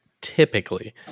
typically